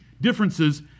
differences